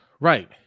Right